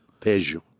Peugeot